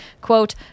Quote